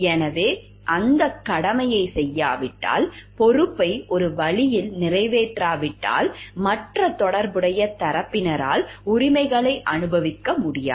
எனவே அந்தக் கடமையைச் செய்யாவிட்டால் பொறுப்பை ஒரு வழியில் நிறைவேற்றாவிட்டால் மற்ற தொடர்புடைய தரப்பினரால் உரிமைகளை அனுபவிக்க முடியாது